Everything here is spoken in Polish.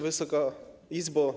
Wysoka Izbo!